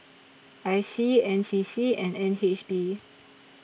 I C N C C and N H B